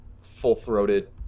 full-throated